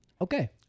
okay